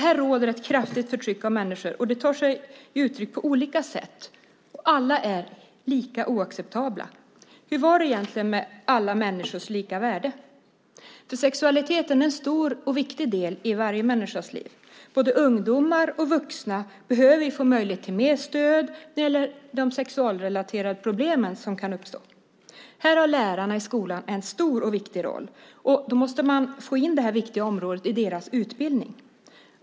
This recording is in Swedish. Här råder ett kraftigt förtryck av människor, och det tar sig uttryck på olika sätt, alla lika oacceptabla. Hur var det egentligen med alla människors lika värde? Sexualiteten är en stor och viktig del i varje människas liv. Både ungdomar och vuxna behöver få möjlighet till mer stöd när det gäller de sexualrelaterade problem som kan uppstå. Här har lärarna i skolan en stor och viktig roll, och då måste man få in det här viktiga området i deras utbildning.